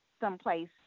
someplace